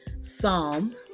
Psalm